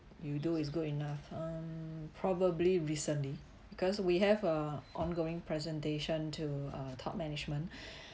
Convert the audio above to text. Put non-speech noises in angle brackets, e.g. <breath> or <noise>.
you do is good enough um probably recently because we have a ongoing presentation to uh top management <breath>